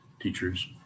teachers